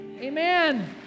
Amen